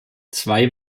zwei